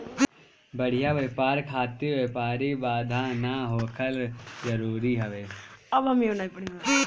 बढ़िया व्यापार खातिर व्यापारिक बाधा ना होखल जरुरी हवे